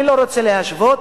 אני לא רוצה להשוות.